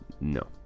No